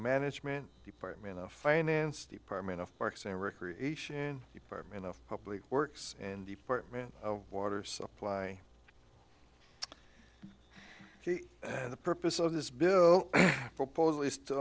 management department of finance department of parks and recreation department of public works and department of water supply and the purpose of this bill